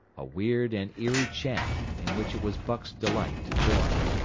a weird and eerie chant, in which it was buck's delight to join.